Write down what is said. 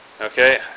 okay